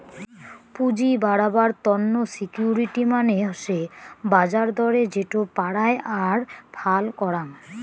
পুঁজি বাড়াবার তন্ন সিকিউরিটি মানে হসে বাজার দরে যেটো পারায় আর ফাল করাং